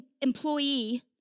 employee